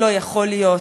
לא יכול להיות,